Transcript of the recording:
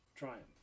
Triumph